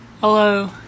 Hello